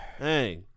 Hey